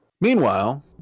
Meanwhile